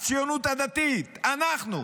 הציונות הדתית, אנחנו,